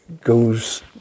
goes